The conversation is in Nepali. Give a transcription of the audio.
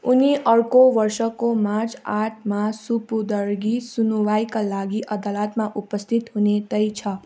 उनी अर्को वर्षको मार्च आठमा सुपुर्दगी सुनुवाइका लागि अदालतमा उपस्थित हुने तय छ